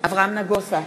אברהם נגוסה,